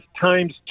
times